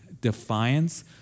defiance